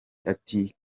ati